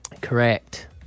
Correct